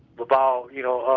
but about, you know,